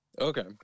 Okay